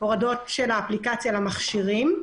של האפליקציה למכשירים,